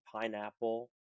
pineapple